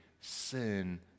Sin